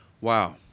Wow